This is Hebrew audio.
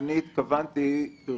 נכון.